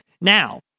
Now